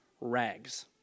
rags